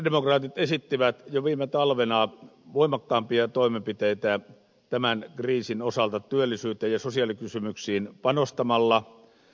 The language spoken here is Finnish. sosialidemokraatit esittivät jo viime talvena voimakkaampia toimenpiteitä tämän kriisin osalta työllisyyteen ja sosiaalikysymyksiin panostamalla